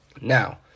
Now